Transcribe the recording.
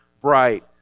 bright